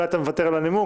אולי אתה מוותר על הנימוק?